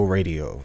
Radio